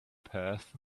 path